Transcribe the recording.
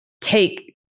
take